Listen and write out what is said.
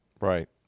Right